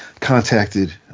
contacted